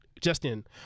Justin